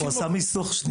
הוא עשה מיסוך.